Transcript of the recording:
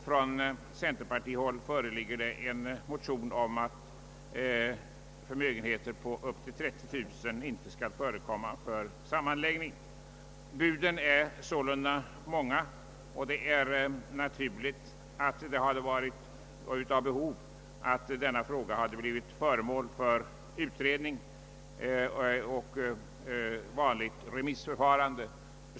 Från centerpartihåll föreslås att förmögenheter på upp till 30 000 kronor inte skall ifrågakomma för sammanläggning. Buden är sålunda många, och det är uppenbart att denna fråga borde ha blivit föremål för en utredning och vanligt remissförfarande.